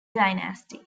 dynasty